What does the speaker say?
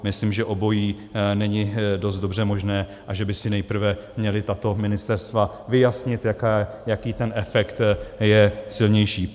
Myslím, že obojí není dost dobře možné a že by si nejprve měla tato ministerstva vyjasnit, jaký efekt je silnější.